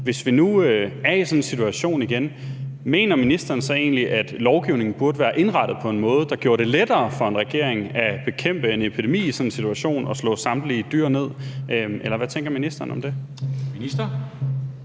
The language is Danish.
hvis vi nu er i sådan en situation igen, mener ministeren så egentlig, at lovgivningen burde være indrettet på en måde, der gjorde det lettere for en regering at bekæmpe en epidemi i sådan en situation og slå samtlige dyr ned? Eller hvad tænker ministeren om det? Kl.